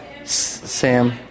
Sam